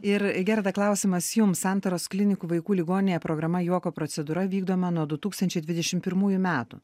ir gerda klausimas jums santaros klinikų vaikų ligoninėje programa juoko procedūra vykdoma nuo du tūkstančiai dvidešim pirmųjų metų